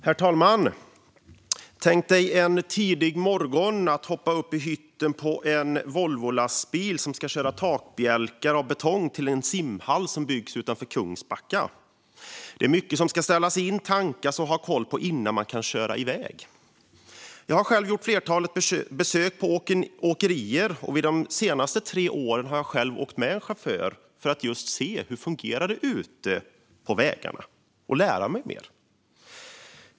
Herr talman! Tänk dig att tidigt en morgon hoppa upp i hytten på en Volvolastbil som ska köra takbjälkar av betong till en simhall som byggs utanför Kungsbacka. Det är mycket man ska ställa in och ha koll på, och det ska tankas innan man kan köra iväg. Jag har själv gjort ett flertal besök på åkerier, och under de senaste tre åren har jag åkt med en chaufför för att se hur det fungerar ute på vägarna och lära mig mer.